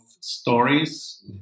stories